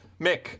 Mick